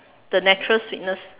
the natural sweetness